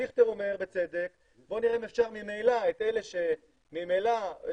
דיכטר אומר, בצדק: בוא נראה אם